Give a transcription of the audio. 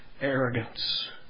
arrogance